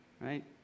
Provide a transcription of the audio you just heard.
Right